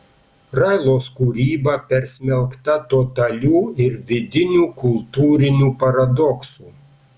railos kūryba persmelkta totalių ir vidinių kultūrinių paradoksų